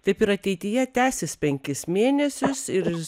taip ir ateityje tęsis penkis mėnesius ir